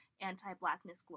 anti-blackness